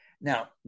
Now